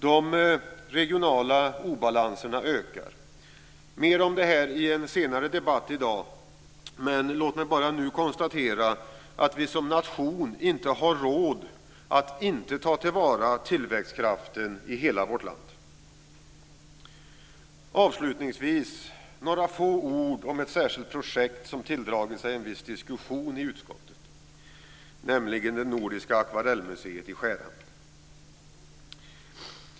De regionala obalanserna ökar. Mer om detta i en senare debatt i dag, men låt mig bara nu konstatera att vi som nation inte har råd att inte ta tillvara tillväxtkraften i hela vårt land. Låt mig avslutningsvis säga några få ord om ett särskilt projekt som tilldragit sig en viss diskussion i utskottet, nämligen det nordiska akvarellmuseet i Skärhamn.